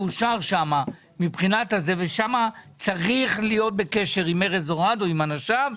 שם צריך להיות בקשר עם ארז אורעד או עם אנשיו.